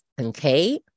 Okay